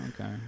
okay